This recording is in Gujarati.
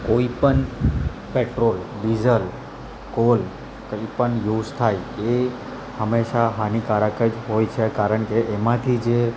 કોઈ પણ પેટ્રોલ ડીઝલ કોલ કંઈ પણ યુઝ થાય એ હંમેશાં હાનિકારક જ હોય છે કારણ કે એમાંથી જે